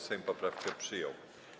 Sejm poprawkę przyjął.